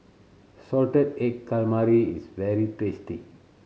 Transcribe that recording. salted egg calamari is very tasty